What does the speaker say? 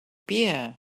beer